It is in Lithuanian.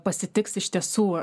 pasitiks iš tiesų